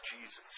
Jesus